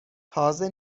تازه